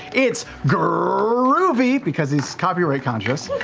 it's grrr-oovy because he's copyright conscious.